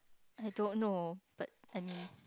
I don't know but